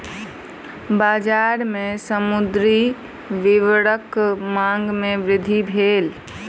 बजार में समुद्री सीवरक मांग में वृद्धि भेल